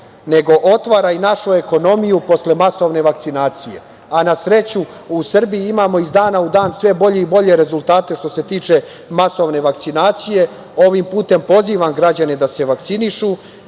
nego otvara i našu ekonomiju posle masovne vakcinacije. Na sreću, u Srbiji imamo iz dana u dan, sve bolje i bolje rezultate što se tiče masovne vakcinacije. Ovim putem pozivam građane da se vakcinišu